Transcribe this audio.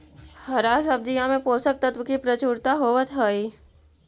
हरा सब्जियों में पोषक तत्व की प्रचुरता होवत हई